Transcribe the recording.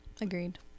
Agreed